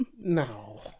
No